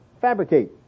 fabricate